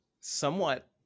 Somewhat